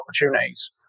opportunities